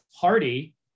party